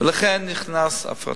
ולכן נכנסה הפרטה.